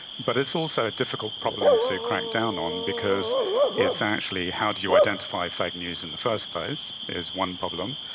but it's also a difficult problem to crack down on because it's actually how do you identify fake news in the first place is one problem.